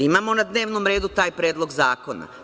Imamo na dnevnom redu taj Predlog zakona.